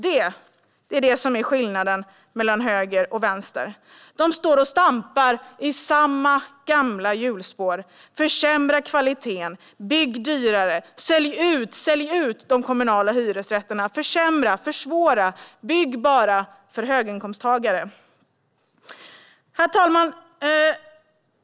Det är detta som är skillnaden mellan höger och vänster. De står och stampar i samma gamla hjulspår: försämra kvaliteten, bygg dyrare, sälj ut de kommunala hyresrätterna, försämra, försvåra, bygg bara för höginkomsttagare. Herr talman!